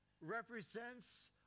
represents